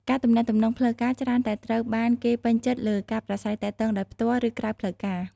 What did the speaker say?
ការទំនាក់ទំនងផ្លូវការច្រើនតែត្រូវបានគេពេញចិត្តលើការប្រាស្រ័យទាក់ទងដោយផ្ទាល់ ឬក្រៅផ្លូវការ។